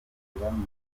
abitangaza